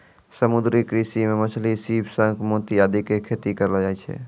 समुद्री कृषि मॅ मछली, सीप, शंख, मोती आदि के खेती करलो जाय छै